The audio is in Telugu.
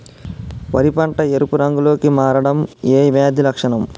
వరి పంట ఎరుపు రంగు లో కి మారడం ఏ వ్యాధి లక్షణం?